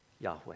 Yahweh